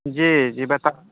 جی جی بتا